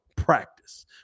practice